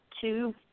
two